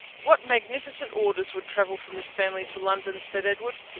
what magnificent orders would travel from this family to london, said edward,